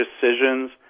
decisions